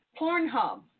Pornhub